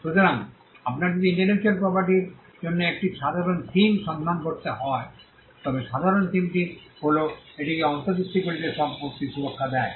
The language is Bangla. সুতরাং আপনার যদি ইন্টেলেকচুয়াল প্রপার্টির জন্য একটি সাধারণ থিম সন্ধান করতে হয় তবে সাধারণ থিমটি হল এটিকে অন্তর্দৃষ্টিগুলিতে সম্পত্তি সুরক্ষা দেয়